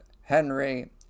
Henry